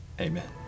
Amen